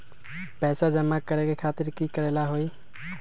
पैसा जमा करे खातीर की करेला होई?